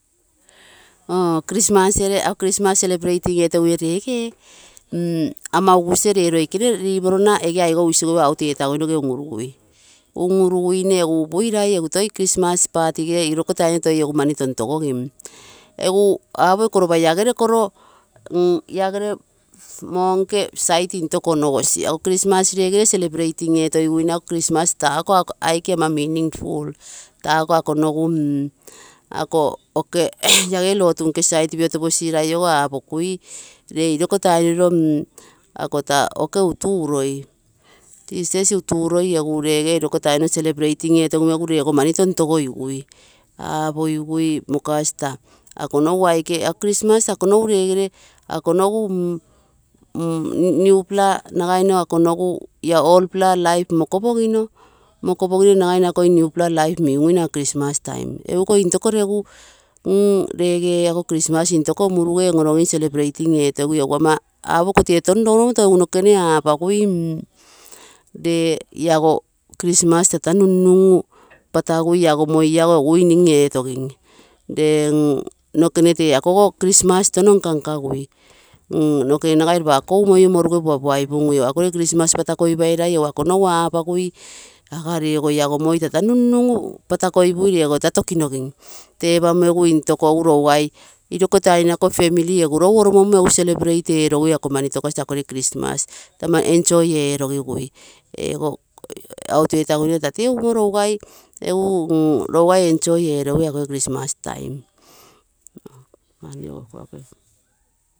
Oo chismas ere ako chrismas celebrating etogiguine lege, ama ugusie ee lakene limorora ege aigou isigouge out etaguinoge unuruguine, egu ama upuirai egu iko tainoro toi egu mani tontogogin. Egu apo ako lopa lagere koro, lagere moo nke side sinto onogosi, ako chrismas rege celebrating etogiguine ako chrismas taako aike ama meaningful taako ako nogu mm lagere lotu nke sute piotoposinai apokui lee iko tainoro ako taa jesus utuuroi egu rege iko tainoro celebrating etegigui egu rego mani tontogogigui apogigui moo kas taa ako nogu aike, ako chrismas ako nogu regere ako nogu apla laip. Mokopogino nagaimo akogere newpla laip minguine ako chrismas taim, egu iko mokoregu rege ako chrismas intoko muruge on-onogogim celebrating etogigui, egu ama apo iko tee touno loulomoto egu nokekene apagui lee lago chrismas tua nunnugu tokinui lago moi la egu winim etogin, nokekene tee akogo chrismas touno nkoakugui, nokekene nagai lopa akou moie morgue puapuaipungui egu ako chrismas patakoipairai egu akonogu apagui aga lego lago moi tata nunnungu patakoipui lego tata tokinogim, tepamo egu intoko egu lougai iko tainoro ako family egu lou oromommo egu celebrating eetogigui ako mani tokasi akogere chrismas taa ama enjoy eerogigui ego out etaguine tata tee upumo lougai enjoy erogigui akoge chrismas time.